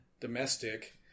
domestic